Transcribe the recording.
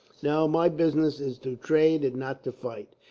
no, my business is to trade and not to fight.